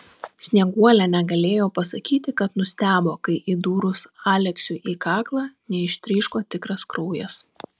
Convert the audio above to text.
snieguolė negalėjo pasakyti kad nustebo kai įdūrus aleksiui į kaklą neištryško tikras kraujas